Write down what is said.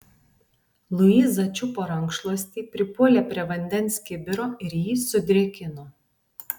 luiza čiupo rankšluostį pripuolė prie vandens kibiro ir jį sudrėkino